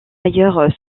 ailleurs